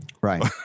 Right